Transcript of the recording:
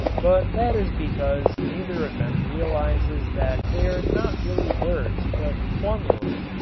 but that is because neither of them realizes that they are not really words but formulas.